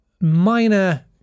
minor